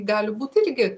gali būt irgi